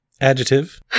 Adjective